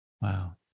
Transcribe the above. Wow